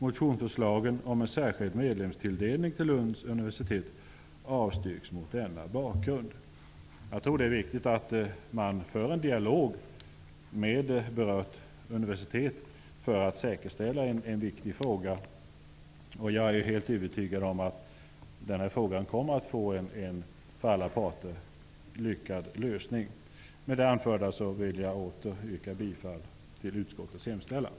Motionsförslagen om en särskild medelstilldelning till Lunds universitet avstyrks mot denna bakgrund.'' Jag tror att det är viktigt att man för en dialog med berört universitet för att säkerställa en viktig fråga. Jag är också helt övertygad om att den här frågan kommer att få en för alla parter lyckad lösning. Med det anförda vill jag åter yrka bifall till utskottets hemställan.